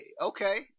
Okay